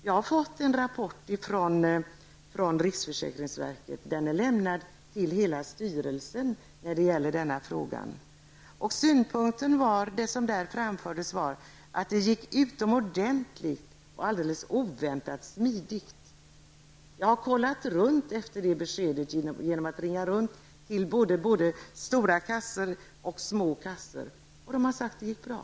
Jag har fått en rapport från riksförsäkringsverket, den är lämnad till hela styrelsen, när det gäller den här frågan. Där framförs att det gick utomordentligt och alldeles oväntat smidigt. Jag har efter det beskedet ringt runt till både stora och små kassor och kontrollerat. De har sagt att det gick bra.